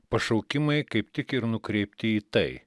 pašaukimai kaip tik ir nukreipti į tai